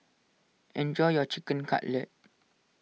enjoy your Chicken Cutlet